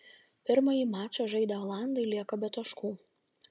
pirmąjį mačą žaidę olandai lieka be taškų